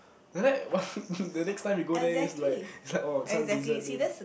like that one the next time you go there is like is like oh this one dessert then